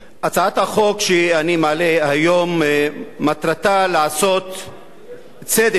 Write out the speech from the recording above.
הצעת החוק שאני מעלה היום, מטרתה לעשות צדק